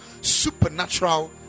supernatural